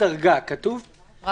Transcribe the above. לא